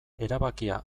erabakia